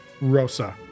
Rosa